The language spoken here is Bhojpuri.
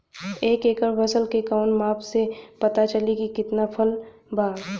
एक एकड़ फसल के कवन माप से पता चली की कितना फल बा?